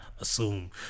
assume